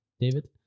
David